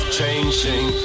changing